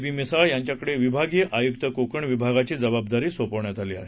बी मिसाळ यांच्याकडे विभागीय आयुक्त कोकण विभागाची जबाबदारी सोपवण्यात आली आहे